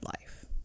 life